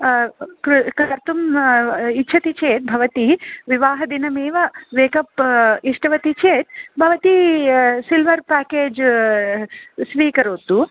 कर्तुम् इच्छति चेत् भवती विवाहदिनम् एव मेकप् इष्टवती चेत् भवती सिल्वर् पेकेज् स्वीकरोतु